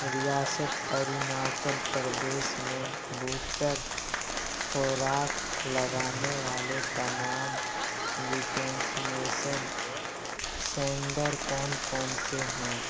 ریاست اروناچل پردیش میں بوسٹر خوراک لگانے والے تمام ویکسینیشن سینڈر کون کون سے ہیں